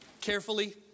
carefully